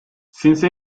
since